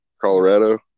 Colorado